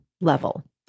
level